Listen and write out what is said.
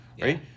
Right